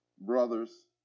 brothers